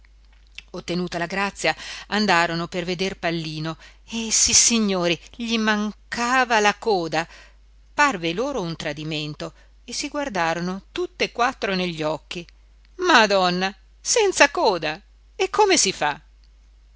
ottenuta la grazia andarono per veder pallino e sissignori gli mancava la coda parve loro un tradimento e si guardarono tutt'e quattro negli occhi madonna senza coda e come si fa